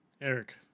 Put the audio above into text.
eric